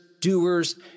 doers